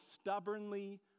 stubbornly